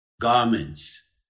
garments